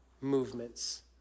movements